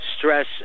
stress